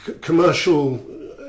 Commercial